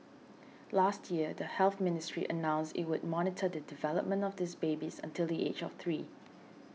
last year the Health Ministry announced it would monitor the development of these babies until the age of three